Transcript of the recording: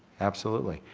absolutely.